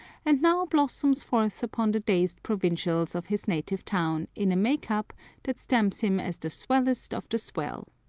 and now blossoms forth upon the dazed provincials of his native town in a make-up that stamps him as the swellest of the swell